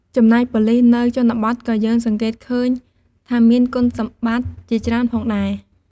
ចំណែកប៉ូលិសនៅជនបទក៏យើងសង្កេតឃើញថាមានគុណសម្បត្តិជាច្រើនផងដែរ។